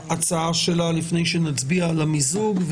ההצעה שלה לפני שנצביע על המיזוג,